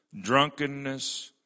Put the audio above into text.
drunkenness